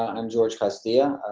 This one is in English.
and george costea,